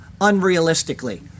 unrealistically